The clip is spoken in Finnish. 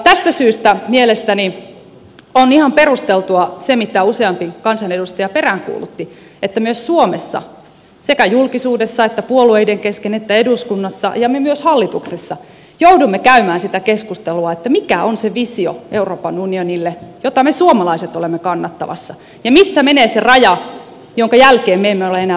tästä syystä mielestäni on ihan perusteltua se mitä useampi kansanedustaja peräänkuulutti että myös me suomessa sekä julkisuudessa että puolueiden kesken että eduskunnassa ja myös hallituksessa joudumme käymään sitä keskustelua mikä on se visio euroopan unionille jota me suomalaiset olemme kannattamassa ja missä menee se raja jonka jälkeen me emme ole enää valmiita liikkumaan